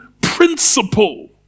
principle